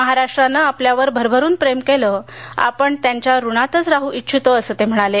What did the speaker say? महाराष्ट्रानं आपल्यावर भरभरून प्रेम केलं आपण त्यांच्या ऋणातच राह इच्छितो असं ते म्हणाले